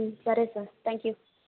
సరే sir thank you